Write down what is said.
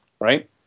right